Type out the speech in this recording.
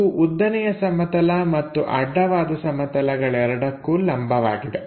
ಇದು ಉದ್ದನೆಯ ಸಮತಲ ಮತ್ತು ಅಡ್ಡವಾದ ಸಮತಲಗಳೆರಡರಕ್ಕೂ ಲಂಬವಾಗಿದೆ